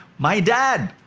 my dad!